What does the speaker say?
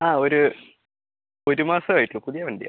ആ ഒരു ഒരു മാസം ആയിട്ടുള്ളൂ പുതിയ വണ്ടിയാണ്